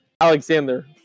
Alexander